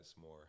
more